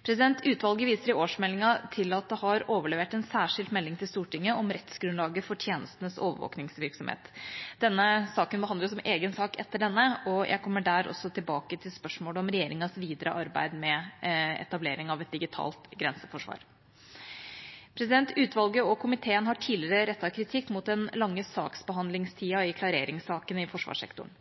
Utvalget viser i årsmeldinga til at det har overlevert en særskilt melding til Stortinget om rettsgrunnlaget for tjenestenes overvåkingsvirksomhet. Denne saken behandles som egen sak etter denne, og jeg kommer der tilbake til spørsmålet om regjeringas videre arbeid med etablering av et digitalt grenseforsvar. Utvalget og komiteen har tidligere rettet kritikk mot den lange saksbehandlingstida i klareringssakene i forsvarssektoren.